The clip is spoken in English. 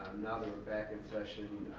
now that we're back in session,